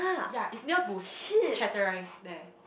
ya is near Boost Chaterise there